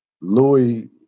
Louis